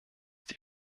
die